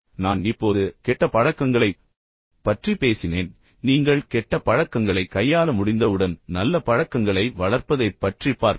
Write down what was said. நான் இப்போது கெட்ட பழக்கங்களைப் பற்றி பேசினேன் நீங்கள் கெட்ட பழக்கங்களைக் கையாள முடிந்தவுடன் நல்ல பழக்கங்களை வளர்ப்பதைப் பற்றி பார்ப்போம்